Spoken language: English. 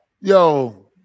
yo